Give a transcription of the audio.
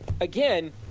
again